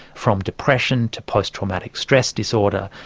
from depression to post-traumatic stress disorder,